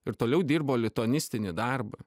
ir toliau dirbo lituanistinį darbą